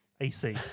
AC